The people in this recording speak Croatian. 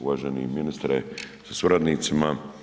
Uvaženi ministre sa suradnicima.